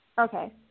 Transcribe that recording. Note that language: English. Okay